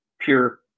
pure